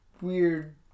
Weird